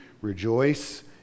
Rejoice